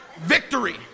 victory